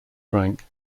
drank